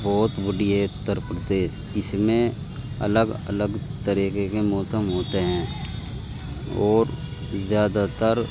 بہت بڈی ہے اتر پردیش اس میں الگ الگ طریقے کے موسم ہوتے ہیں اور زیادہ تر